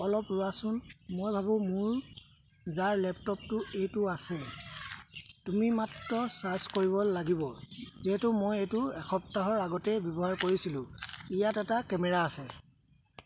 অলপ ৰোৱাচোন মই ভাবো মোৰ যাৰ লেপটপটোত এইটো আছে তুমি মাত্ৰ চাৰ্জ কৰিব লাগিব যিহেতু মই এইটো এসপ্তাহৰ আগতেই ব্যৱহাৰ কৰিছিলোঁ ইয়াত এটা কেমেৰা আছে